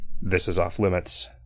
this-is-off-limits